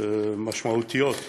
משמעותיות משתנות.